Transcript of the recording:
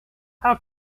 how